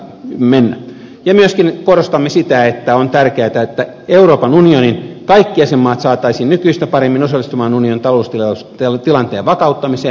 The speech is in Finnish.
ja myöskin korostamme sitä että on tärkeätä että euroopan unionin kaikki jäsenmaat saataisiin nykyistä paremmin osallistumaan unionin taloustilanteen vakauttamiseen